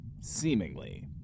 Seemingly